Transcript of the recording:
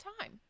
time